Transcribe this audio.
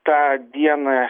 tą dieną